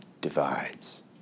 divides